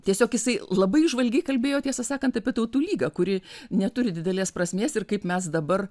tiesiog jisai labai įžvalgiai kalbėjo tiesą sakant apie tautų lygą kuri neturi didelės prasmės ir kaip mes dabar